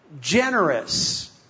generous